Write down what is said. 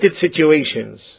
situations